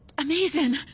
Amazing